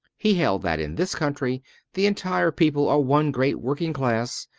he held that in this country the entire people are one great working class,